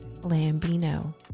Lambino